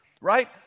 Right